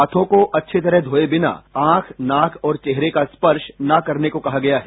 हाथों को अच्छी तरह धोए बिना आंख नाक और चेहरे का स्पर्श न करने को कहा गया है